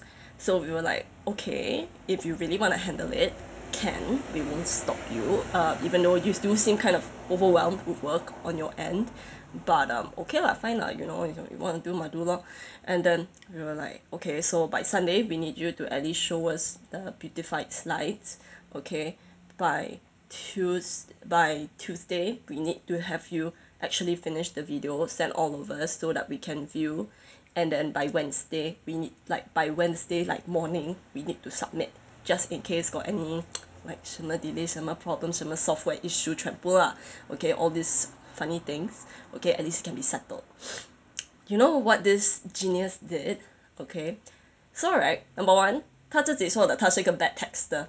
so we were like okay if you really want to handle it can we won't stop you uh even though you still seem kind of overwhelmed with work on your end but um okay lah fine lah you know you wanna do mah do lor and then we were like okay so by sunday we need you to at least show us the beautified slides okay by tues~ by tuesday we need to have you actually finish the video send all of us so that we can view and then by wednesday we need like by wednesday like morning we need to submit just in case got any like 什么 delay 什么 problem 什么 software issue 全部 lah okay all this funny things okay at least can be settled you know what this genius did okay so right number one 他自己说的他是一个 bad texter